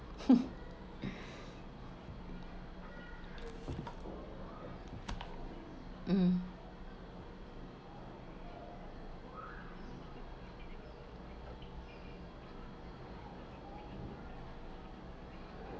um